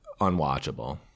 unwatchable